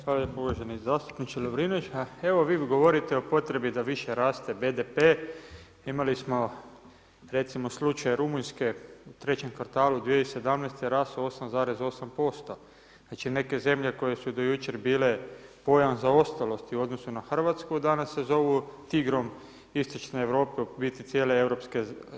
Hvala lijepo uvaženi zastupniče Lovrinović, evo vi govorite o potrebi da više raste BDP, imali smo recimo slučaj Rumunjske u 3 kvartalu 2017. raso 8,8% znači neke zemlje koje su do jučer bile pojam zaostalosti u odnosu na Hrvatsku danas se zovu tigrom istočne Europe u biti cijele EU.